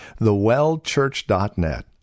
thewellchurch.net